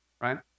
right